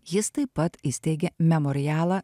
jis taip pat įsteigė memorialą